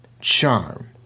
charm